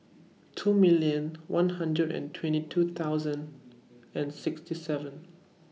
two million one hundred and twenty two thousand and sixty seven